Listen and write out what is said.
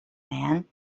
man